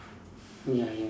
ya ya